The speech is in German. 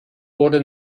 wurde